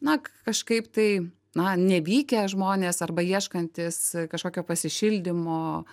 na kažkaip tai na nevykę žmonės arba ieškantys kažkokio pasišildymo